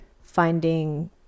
finding